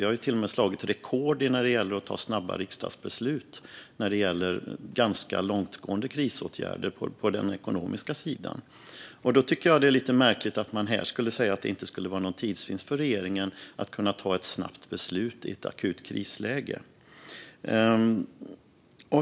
Vi har till och med slagit rekord när det gäller att ta snabba riksdagsbeslut i fråga om ganska långtgående krisåtgärder på den ekonomiska sidan. Då är det lite märkligt att här säga att det inte skulle vara någon tidsvinst för regeringen att kunna ta ett snabbt beslut i ett akut krisläge.